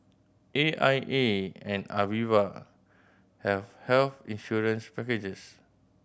A I A and Aviva have health insurance packages